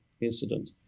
incident